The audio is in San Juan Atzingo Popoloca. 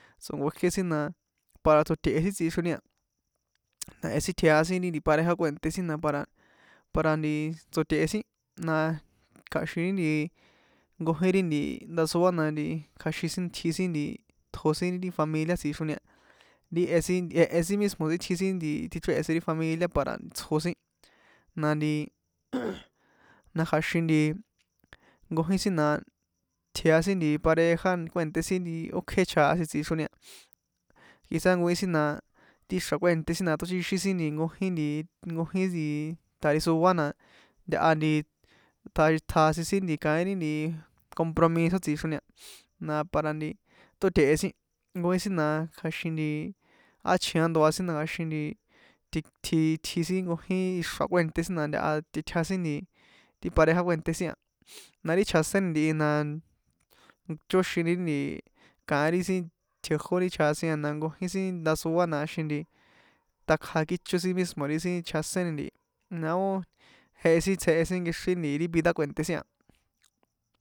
Sin tsonkojié sin na para tsoṭehe sin tsixro a na jehe sin tjea sin ri nti pareja kue̱nté sin na para tsoṭehe sin na kja̱xin ri nti jkonjín ri nti ndasoa na kja̱xin tji sin tjo si ri familia tsixroni a ri e sin jehe sin mismo sin itji sin tjichréhe sin ri familia para tsjo sin na nti na kja̱xin nti nkojín sin na tjea sin nti pareja kue̱nté sin ókje chjasin tsixroni a quizás nkojin sin na ti xra̱ kue̱nté sin na tóchóxixín sin nkojin nti nkojin nti tjarisóana ntaha nti tsjasin sin kaín ri nti compromiso tsixroni a na para nti tóte̱he sin nkojin sin na kja̱xin nti á chji á ndoa sin na kja̱xin nti tji tji sin nkojin ixra kue̱nté sin na ntaha tꞌitja sin nti ti pareja kue̱nté sin na ri chjaséni ntihi na chóxini nti kaín ri sin tjejó ri chjasin a na nkojin sin ndasoa na kjaxin nti takja kícho sin mismo ri sin chjaseni ntihi na ó jehe sin tsjehe sin nkexrín nti ri vida kue̱nté sin.